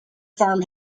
farm